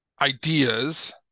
ideas